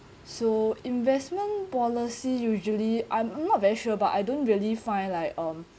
so investment policy usually I'm not very sure but I don't really find like um